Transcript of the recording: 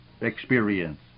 experience